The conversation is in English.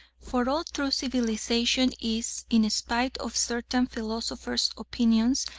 for all true civilisation is, in spite of certain philosophers' opinions,